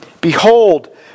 Behold